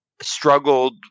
struggled